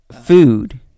Food